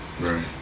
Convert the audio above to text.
Right